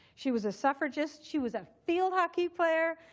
she was a suffragist. she was a field hockey player.